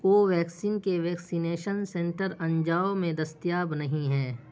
کوویکسین کے vaccination centre Anjaw میں دستیاب نہیں ہیں